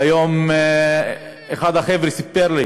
והיום אחד החבר'ה סיפר לי